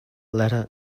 letter